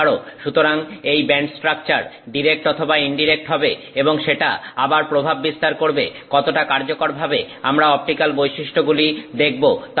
সুতরাং এই band structure direct বা ইনডিরেক্ট হবে এবং সেটা আবার প্রভাব বিস্তার করবে কতটা কার্যকরভাবে আমরা অপটিক্যাল বৈশিষ্ট্যগুলি দেখব তার ওপর